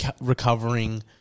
recovering